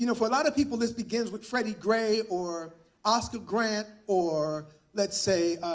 you know for a lot of people, this begins with freddie gray, or oscar grant, or let's say,